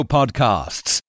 Podcasts